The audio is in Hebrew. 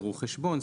בירור חשבון,